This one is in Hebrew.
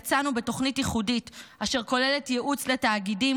יצאנו בתוכנית ייחודית אשר כוללת ייעוץ לתאגידים